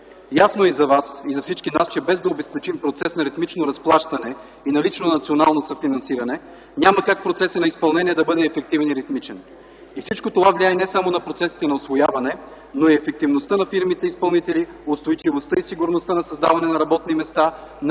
Ясно е за Вас и за всички нас, че без да обезпечим процес на ритмично разплащане и налично национално съфинансиране няма как процесът на изпълнение да бъде ефективен и ритмичен. Всичко това влияе не само на процесите на усвояване, но и на ефективността на фирмите–изпълнители, на устойчивостта и сигурността за създаване на работни места,